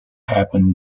happened